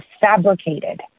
fabricated